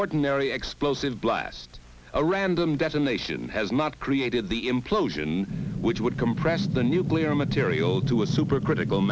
ordinary explosive blast a random detonation has not created the implosion which would compress the nuclear material to a super critical